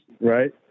right